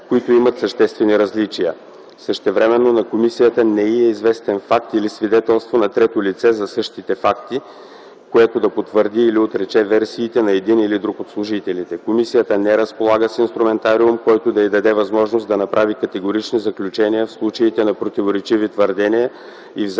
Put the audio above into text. които имат съществени различия. Същевременно на комисията не й е известен факт или свидетелство на трето лице за същите факти, което да потвърди или отрече версиите на един или друг от служителите. Комисията не разполага с инструментариум, който да й даде възможност да направи категорични заключения в случаите на противоречиви твърдения и взаимно